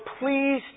please